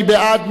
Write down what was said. מי בעד?